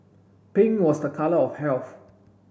pink was the colour of health